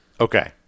Okay